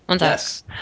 Yes